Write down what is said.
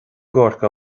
gcorcaigh